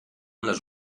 les